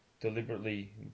deliberately